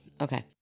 Okay